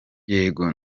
yego